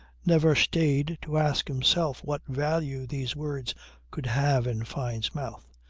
never stayed to ask himself what value these words could have in fyne's mouth.